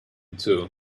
two